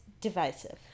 divisive